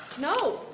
no.